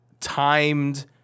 timed